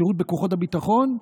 השירות בכוחות הביטחון,